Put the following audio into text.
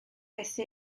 beth